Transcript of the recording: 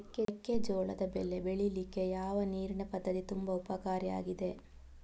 ಮೆಕ್ಕೆಜೋಳದ ಬೆಳೆ ಬೆಳೀಲಿಕ್ಕೆ ಯಾವ ನೀರಿನ ಪದ್ಧತಿ ತುಂಬಾ ಉಪಕಾರಿ ಆಗಿದೆ?